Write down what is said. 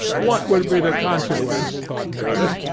what would be the consequence, thought nicholas,